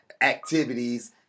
activities